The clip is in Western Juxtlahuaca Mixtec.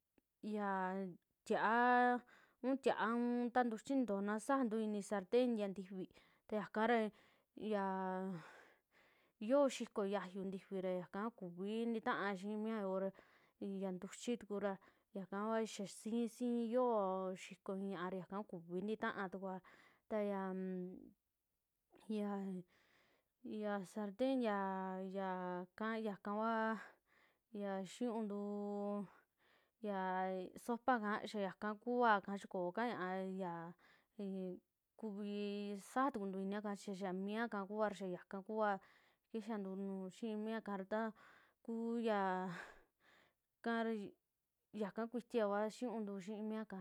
Yaa tia'a, un tiaa unta ntuchi nintojo na sasajantu inia sarten ya ntifii, ta yakara yaa yoo xikoo xiaayu ntifira yaka kua kuvii ntiaa xii mia yoo ra yaa ntiuchi tukura yaka xaa si, si yoo xiiko ii ña'a ñaka kuvi ntita'a tukua taya unm ya, ya, ya sarten ya yaka, ya kavaa ya xinuuntuu yasopa kaa xaa yakaa kuaa ika chii koo ka ña'a ya yee kuvii sisajaa tukuntu inia ka chi xaa miaka kua xaa kakua kixaantu nuu xii miaka ra taku yaa kara yaka kuitiva kua xinuuntu xii miakaa.